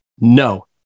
No